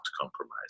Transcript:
compromise